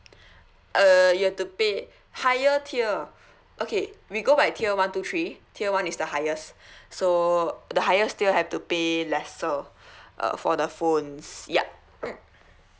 uh you have to pay higher tier okay we go by tier one two three tier one is the highest so the highest still have to pay lesser uh for the phones ya mm